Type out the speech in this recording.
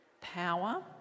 power